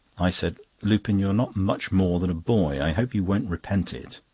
i said lupin, you are not much more than a boy i hope you won't repent it.